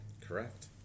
Correct